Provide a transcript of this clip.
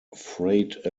freight